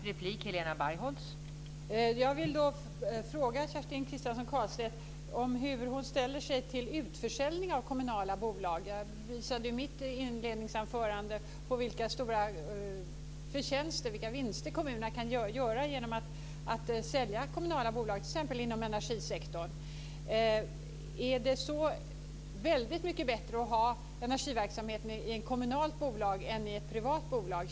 Fru talman! Då vill jag fråga Kerstin Kristiansson Karlstedt hur hon ställer sig till utförsäljningar av kommunala bolag. Jag visade ju i mitt inledande anförande på vilka stora förtjänster, vilka vinster, kommunerna kan göra genom att sälja kommunala bolag t.ex. inom energisektorn. Är det så väldigt mycket bättre att ha energiverksamheten i ett kommunalt bolag än i ett privat bolag?